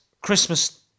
Christmas